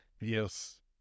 Yes